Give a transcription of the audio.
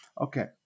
okay